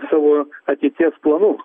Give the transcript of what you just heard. savo ateities planų